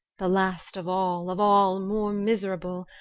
the last of all, of all more miserable,